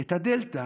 את הדלתא